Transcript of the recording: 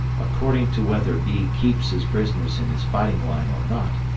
according to whether b keeps his prisoners in his fighting line or not,